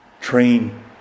Train